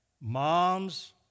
moms